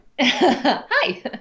Hi